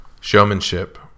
showmanship